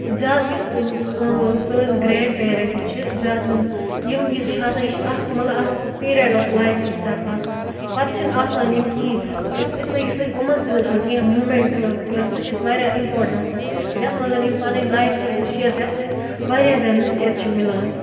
زیادٕ یُس سٲنۍ گرٛینٛڈ پیرٮ۪نٛٹٕز چھِ زیادٕ یِم یُس چھُ آسان یہِ چھِ اَکھ مطلب اَکھ پیٖریَڈ آف لایفہِ تَر آسان پَتہٕ چھِنہٕ آسان یِم کِہیٖنۍ أسۍ اِسلیے یُس أسۍ یِمَن سۭتۍ کینٛہہ موٗمٮ۪نٛٹ کٔر سُہ چھِ أسۍ واریاہ اِمپاٹ آسان یَتھ منٛز یِم پںٕنۍ لایف چھِ اَسہِ سۭتۍ شِیَر کَران ییٚمہِ سۭتۍ اَسہِ واریاہ زیادٕ نصیٖحت چھِ مِلان